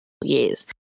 years